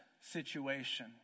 situation